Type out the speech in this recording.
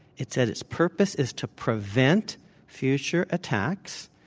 it said, its purpose is to prevent future attacks.